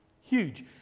Huge